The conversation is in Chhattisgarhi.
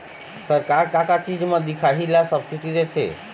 सरकार का का चीज म दिखाही ला सब्सिडी देथे?